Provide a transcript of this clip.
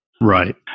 Right